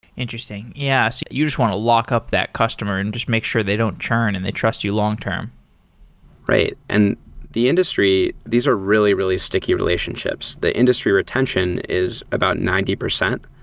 interesting. yes, you just want to lockup that customer and just make sure they don't churn and they trust you long-term right. and the industry, these are really, really sticky relationships. the industry retention is about ninety percent.